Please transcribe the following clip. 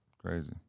Crazy